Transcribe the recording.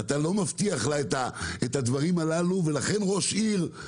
אתה לא מבטיח את הדברים הללו ולכן ראש עיר,